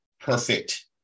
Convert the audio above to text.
perfect